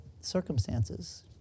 circumstances